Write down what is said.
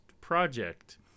project